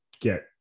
get